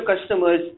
customers